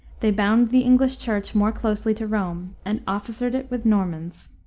they bound the english church more closely to rome, and officered it with normans.